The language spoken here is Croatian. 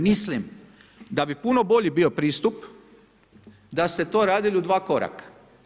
Mislim da bi puno bolji bio pristup da ste to radili u 2 koraka.